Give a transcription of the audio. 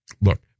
Look